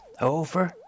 Over